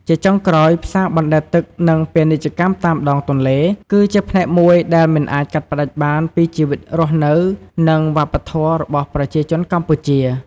ជាចុងក្រោយ ផ្សារបណ្តែតទឹក និងពាណិជ្ជកម្មតាមដងទន្លេ គឺជាផ្នែកមួយដែលមិនអាចកាត់ផ្ដាច់បានពីជីវិតរស់នៅ និងវប្បធម៌របស់ប្រជាជនកម្ពុជា។